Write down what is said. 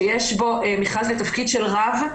שיש בו מכרז לתפקיד של רב,